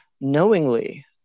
knowingly